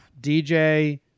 DJ